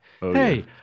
hey